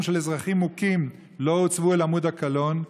של אזרחים מוכים לא הוצבו אל עמוד הקלון.